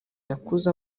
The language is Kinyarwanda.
yakuze